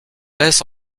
laisse